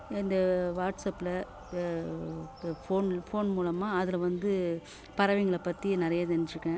இந்த வாட்ஸப்பில இப்போ இப்போ ஃபோன் ஃபோன் மூலமாக அதில் வந்து பறவைங்களை பற்றி நிறைய தெரிஞ்சுருக்கேன்